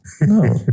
no